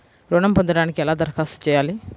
ఋణం పొందటానికి ఎలా దరఖాస్తు చేయాలి?